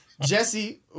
Jesse